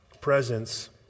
presence